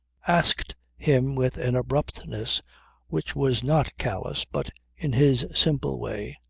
asked him with an abruptness which was not callous, but in his simple way